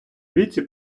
віці